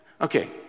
Okay